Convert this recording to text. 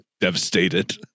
devastated